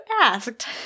asked